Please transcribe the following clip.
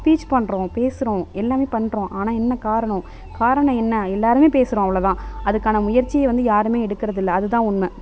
speech பண்றோம் பேசுகிறோம் எல்லாமே பண்றோம் ஆனால் என்ன காரணம் காரணம் என்ன எல்லாருமே பேசுகிறோம் அவ்வளோதான் அதுக்கான முயற்சியை வந்து யாருமே எடுக்கிறது இல்லை அதுதான் உண்மை